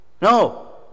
No